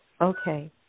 okay